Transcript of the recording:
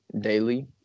daily